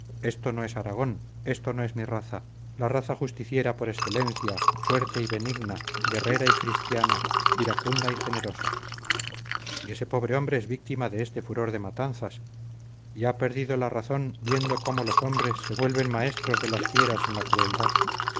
esto no es aragón esto no es mi raza la raza justiciera por excelencia fuerte y benigna guerrera y cristiana iracunda y generosa y ese pobre hombre es víctima de este furor de matanzas y ha perdido la razón viendo cómo los hombres se vuelven maestros de las fieras en la crueldad